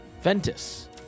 ventus